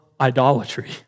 idolatry